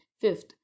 Fifth